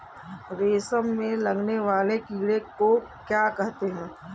रेशम में लगने वाले कीड़े को क्या कहते हैं?